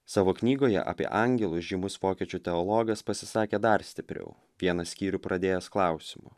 savo knygoje apie angelus žymus vokiečių teologas pasisakė dar stipriau vieną skyrių pradėjęs klausimu